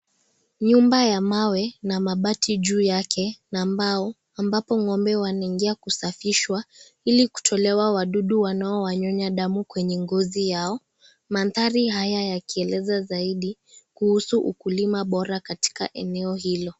Nyumba ya mawe na mabati juu yake na mbao, ambapo ng'ombe wanaingia kusafishwa ili kutolewa wadudu wanao wanyonya damu kwenye ngozi yao mandhari haya yakieleza zaidi kuhusu ukulima bora Katika eneo hilo.